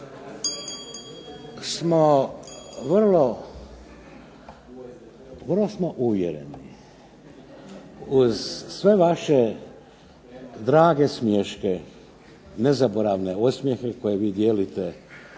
smo vrlo uvjereni uz sve vaše drage smiješke, nezaboravne osmijehe koje vi dijelite